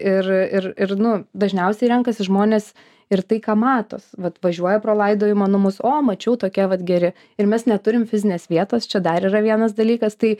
ir ir ir nu dažniausiai renkasi žmonės ir tai ką mato vat važiuoja pro laidojimo namus o mačiau tokie vat geri ir mes neturim fizinės vietos čia dar yra vienas dalykas tai